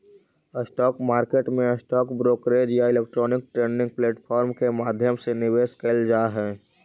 stock market में stock brokerage या electronic trading platform के माध्यम से निवेश कैल जा हइ